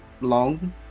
long